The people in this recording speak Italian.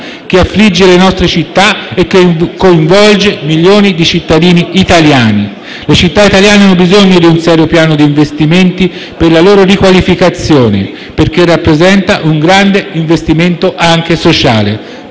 che affligge le nostre città e che coinvolge milioni e milioni di italiani. Le città italiane hanno bisogno di un serio piano di investimenti per la loro riqualificazione, che rappresenta un grande investimento sociale.